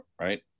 right